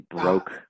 broke